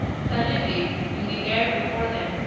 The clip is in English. suddenly, in the air before them,